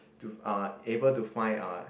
to uh able to find uh